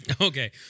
Okay